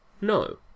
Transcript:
no